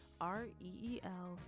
R-E-E-L